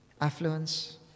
affluence